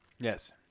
Yes